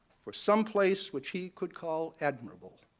for some place which he could call admirable.